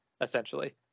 essentially